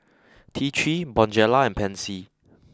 T three Bonjela and Pansy